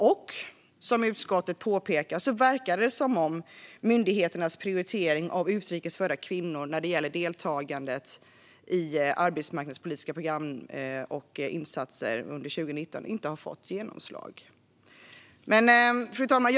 Precis som utskottet påpekar verkar det som att myndigheternas prioritering av utrikes födda kvinnor när det gäller deltagande i arbetsmarknadspolitiska program och insatser under 2019 inte har fått genomslag. Fru talman!